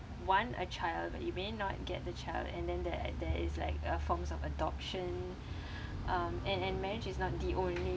want a child but you may not get the child and then there there is like a forms of adoption um and and marriage is not the only